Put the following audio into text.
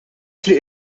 triq